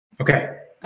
Okay